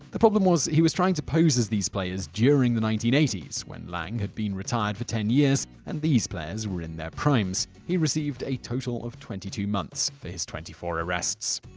the problem was he was trying to pose as these players during the nineteen eighty s, when lang had been retired for ten years and these players were in their primes. he received a total of twenty two months for his twenty four arrests.